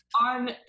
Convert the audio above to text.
on